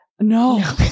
No